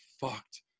fucked